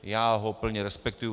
Já ho plně respektuji.